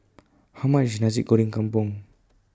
How much IS Nasi Goreng Kampung